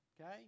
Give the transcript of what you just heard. okay